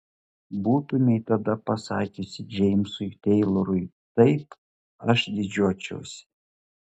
būtumei tada pasakiusi džeimsui teilorui taip aš didžiuočiausi